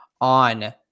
on